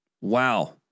Wow